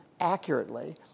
accurately